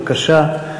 בבקשה,